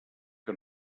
que